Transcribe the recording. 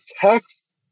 text